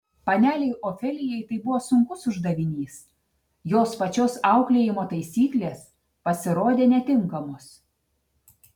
panelei ofelijai tai buvo sunkus uždavinys jos pačios auklėjimo taisyklės pasirodė netinkamos